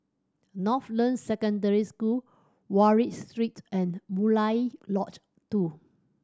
Northland Secondary School Wallich Street and Murai Lodge Two